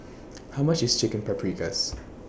How much IS Chicken Paprikas